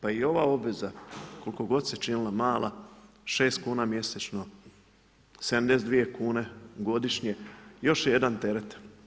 Pa i ova obveza, koliko god se činila mala, 6 kuna mjesečno, 72 kune godišnje, još je jedan teret.